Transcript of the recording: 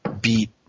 beat